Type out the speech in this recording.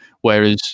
Whereas